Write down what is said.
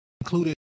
Included